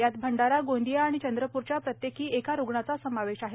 यात भंडारा गोंदिया आणि चंद्रप्रच्या प्रत्येकी एका रुग्णाचा समावेश आहे